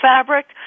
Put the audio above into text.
fabric